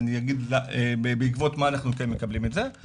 אני אגיד בעקבות מה אנחנו כן מקבלים את זה,